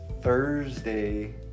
Thursday